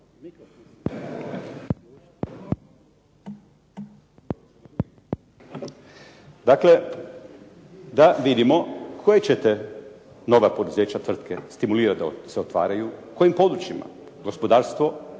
Dakle, da vidimo koja ćete nova poduzeća, tvrtke, stimulirati da se otvaraju, u kojim područjima. Gospodarstvo,